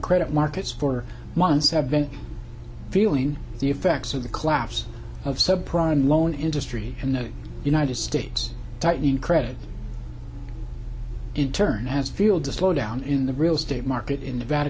credit markets for months have been feeling the effects of the collapse of subprime loan industry in the united states tightening credit in turn has fueled the slowdown in the real estate market in